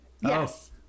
Yes